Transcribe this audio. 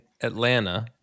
atlanta